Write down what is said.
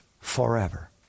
forever